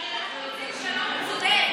אנחנו רוצים שלום צודק.